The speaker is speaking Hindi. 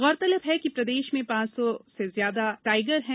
गौरतलब है कि प्रदेश में पांच सौ ज्यादा टाइगर है